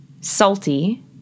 salty